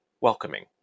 welcoming